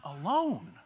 alone